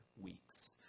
weeks